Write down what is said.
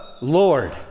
Lord